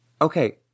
Okay